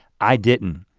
i didn't.